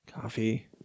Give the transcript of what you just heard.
coffee